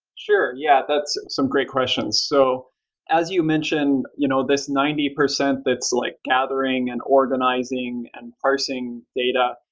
sure. yeah, that's some great questions. so as you mentioned, you know this ninety percent, that's like gathering, and organizing, and parsing data.